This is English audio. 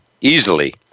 easily